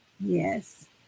Yes